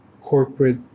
corporate